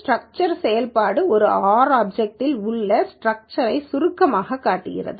structure செயல்பாடு ஒரு R ஆப்சக்ட்ளின் உள் ஸ்டிரக்சரை சுருக்கமாகக் காட்டுகிறது